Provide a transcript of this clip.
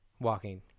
walking